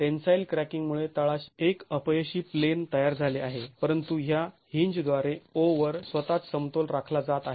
tensile cracking मुळे तळाशी एक अपयशी प्लेन तयार झाले आहे परंतु ह्या हींजद्वारे O वर स्वतःच समतोल राखला जात आहे